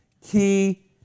key